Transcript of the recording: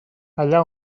allà